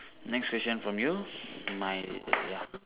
next question from you my ya